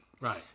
Right